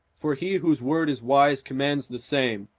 for he whose word is wise commands the same.